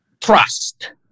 trust